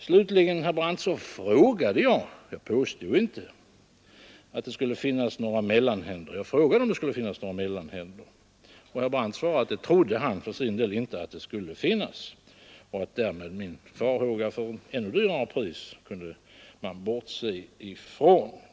Slutligen, herr Brandt, frågade jag om det skulle finnas några mellanhänder — jag påstod inte något sådant. Herr Brandt svarade att han för sin del inte trodde att sådana skulle finnas och att man därmed kunde bortse från min farhåga för ett ännu högre pris.